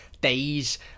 days